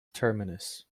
terminus